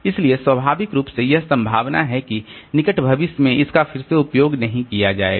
इसलिए स्वाभाविक रूप से यह संभावना है कि निकट भविष्य में इसका फिर से उपयोग नहीं किया जाएगा